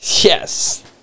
yes